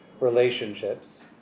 relationships